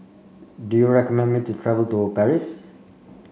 do you recommend me to travel to Paris